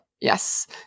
Yes